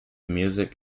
music